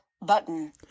Button